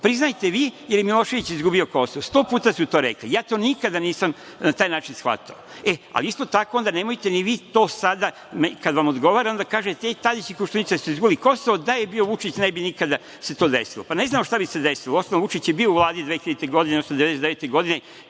Priznajte vi, jer je Milošević izgubio Kosovo. Sto puta su to rekli. Ja to nikada nisam na taj način shvatao. Ali, isto tako, onda nemojte ni vi kada vam odgovara da kažete – Tadić i Koštunica su izgubili Kosovo, da je bio Vučić ne bi se nikada to desilo. Pa, ne znamo šta bi se desilo. Uostalom, Vučić je bio u Vladi 2000. godine, odnosno 1999. godine